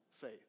faith